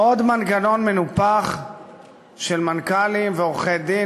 עוד מנגנון מנופח של מנכ"לים ועורכי-דין